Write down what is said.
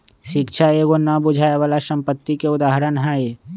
शिक्षा एगो न बुझाय बला संपत्ति के उदाहरण हई